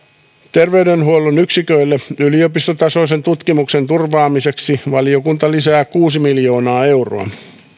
terveydenhuollon yksiköille yliopistotasoisen tutkimuksen turvaamiseksi valiokunta lisää kuusi miljoonaa euroa